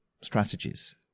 strategies